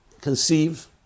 conceive